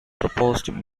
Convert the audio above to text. proposed